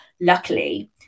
luckily